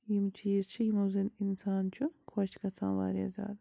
یِم چیٖز چھِ یِمو زَن اِنسان چھُ خوش گژھان واریاہ زیادٕ